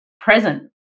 present